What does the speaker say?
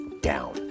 down